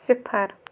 صِفر